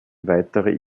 weitere